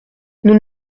nous